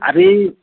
ଆରେ